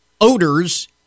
odors